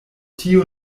tio